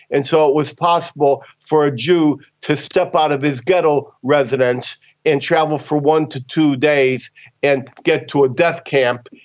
and so it was possible for a jew to step out of his ghetto residence and travel for one to two days and get to a death camp,